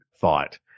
thought